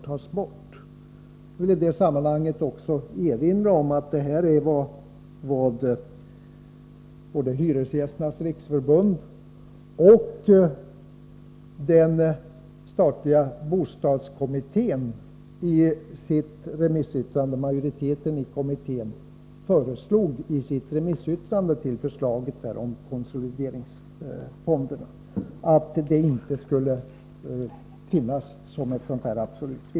Jag vill i detta sammanhang också erinra om att både Hyresgästernas riksförbund och majoriteten i den statliga bostadskommittén i sitt remissyttrande över förslaget om konsolideringsfonder föreslog att det inte skulle finnas något sådant absolut villkor.